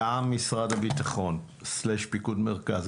גם משרד הביטחון/פיקוד מרכז,